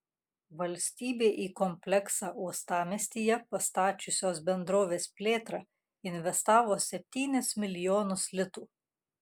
valstybė į kompleksą uostamiestyje pastačiusios bendrovės plėtrą investavo septynis milijonus litų